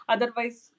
Otherwise